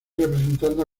representando